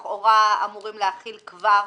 לכאורה, אתם אמורים להחיל?